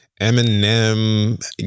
Eminem